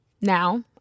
Now